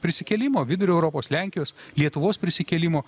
prisikėlimo vidurio europos lenkijos lietuvos prisikėlimo